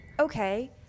Okay